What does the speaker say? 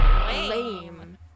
Lame